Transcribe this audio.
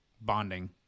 bonding